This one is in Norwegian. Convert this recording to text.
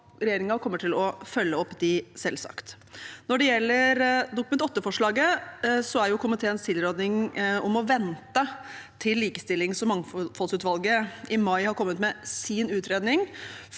regjeringen kommer selvsagt til å følge opp disse. Når det gjelder Dokument 8-forslaget, er komiteens tilråding å vente til likestillings- og mangfoldsutvalget i mai har kommet med sin utredning